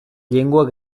llengua